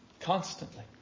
constantly